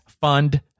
Fund